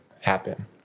happen